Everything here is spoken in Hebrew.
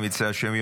אם ירצה השם,